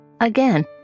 again